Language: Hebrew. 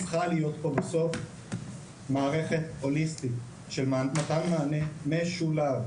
צריכה להיות פה בסוף מערכת הוליסטית של מתן מענה משולב.